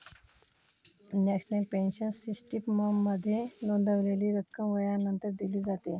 national pension सिस्टीममध्ये नोंदवलेली रक्कम वयानंतर दिली जाते